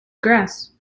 grass